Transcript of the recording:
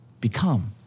Become